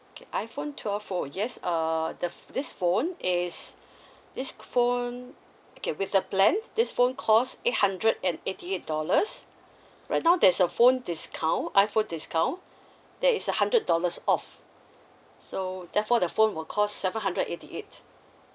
okay iphone twelve yes uh the this phone is this phone okay with the plan this phone cost eight hundred and eighty eight dollars right now there's a phone discount iphone discount there is a hundred dollars off so therefore the phone will cost seven hundred eighty eight